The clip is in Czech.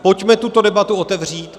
Pojďme tuto debatu otevřít.